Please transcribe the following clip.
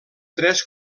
tres